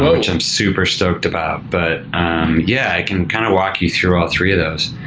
which i'm super stoked about. but yeah i can kind of walk you through all three of those.